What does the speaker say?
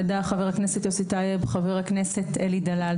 הכנסת יוסי טייב, חבר הכנסת אלי דלל.